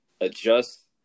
adjust